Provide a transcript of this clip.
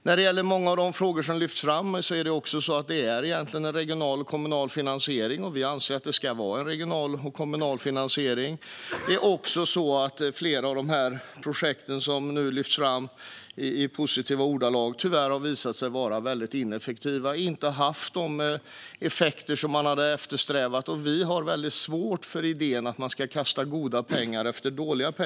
När det gäller många av de frågor som lyfts fram handlar det egentligen om regional och kommunal finansiering, och vi anser att det ska vara regional och kommunal finansiering. Det är också så att flera av de projekt som nu lyfts fram i positiva ordalag tyvärr har visat sig väldigt ineffektiva. De har inte haft de effekter man eftersträvade, och vi har väldigt svårt för idén att man ska kasta goda pengar efter dåliga.